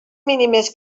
mínimes